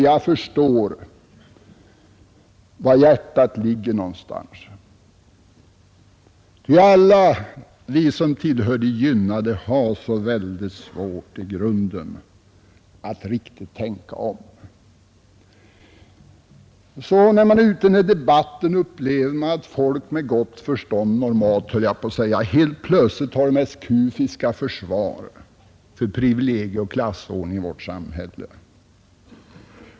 Jag förstår var hjärtat ligger någonstans; alla de som tillhör de gynnade har så väldigt svårt i grunden att riktigt tänka om. När man är ute i debatter upplever man att folk med gott förstånd — normalt, höll jag på att säga — helt plötsligt har det mest kufiska försvar för privilegieoch klassordning i vårt samhälle.